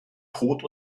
tod